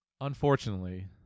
Unfortunately